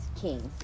kings